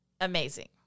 amazing